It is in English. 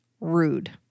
rude